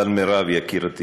אבל, מירב יקירתי,